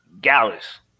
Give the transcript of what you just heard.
Gallus